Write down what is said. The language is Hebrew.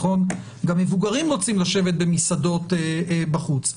גם מבוגרים רוצים לשבת במסעדות בחוץ,